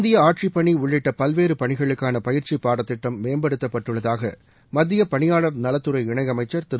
இந்திய ஆட்சிப் பணி உள்ளிட்ட பல்வேறு பணிகளுக்கான பயிற்சிப் பாடத்திட்டம் மேம்படுத்தப்பட்டுள்ளதாக மத்தியப் பணியாளர் நலத்துறை இணையமைச்சர் திரு